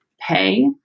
pay